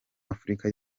afurika